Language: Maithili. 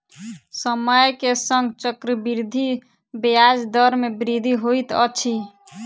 समय के संग चक्रवृद्धि ब्याज दर मे वृद्धि होइत अछि